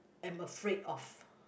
am afraid of